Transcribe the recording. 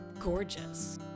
gorgeous